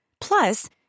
Plus